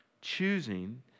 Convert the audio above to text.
Choosing